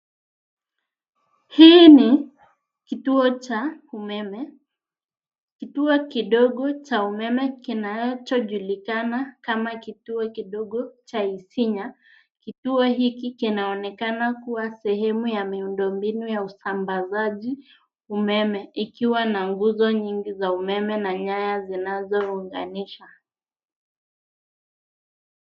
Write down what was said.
Hii ni kituo cha umeme. Kituo kidogo cha umeme kinachojulikana kama kituo kidogo cha Isinya. Kituo hiki kinaonekana kuwa sehemu ya miundombinu ya usambazaji umeme ikiwa na nguzo nyingi za umeme na nyaya zinazounganisha.